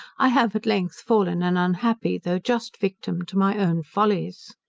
i have at length fallen an unhappy, though just, victim to my own follies.